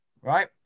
right